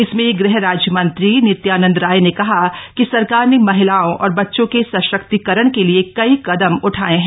इसमें गृह राज्य मंत्री नित्यानंद राय ने कहा कि सरकार ने महिलाओं और बच्चों के सशक्तिकरण के लिए कई कदम उठाए हैं